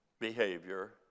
behavior